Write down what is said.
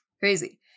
Crazy